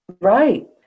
right